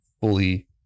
fully